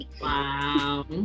Wow